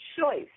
choice